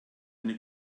eine